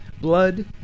Blood